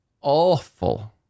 awful